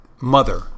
Mother